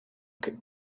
could